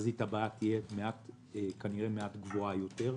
בתחזית הבאה תהיה, כנראה, מעט גבוהה יותר.